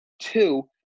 two